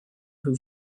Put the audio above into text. who